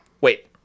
wait